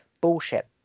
bullshit